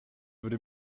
würde